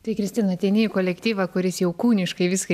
tai kristina ateini į kolektyvą kuris jau kūniškai viską